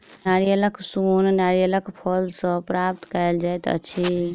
नारियलक सोन नारियलक फल सॅ प्राप्त कयल जाइत अछि